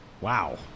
wow